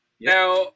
Now